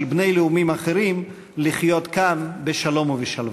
בני לאומים אחרים לחיות כאן בשלום ובשלווה.